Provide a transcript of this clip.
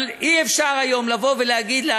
אבל אי-אפשר לבוא ולהגיד היום,